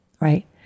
right